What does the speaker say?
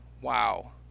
Wow